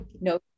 No